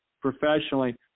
professionally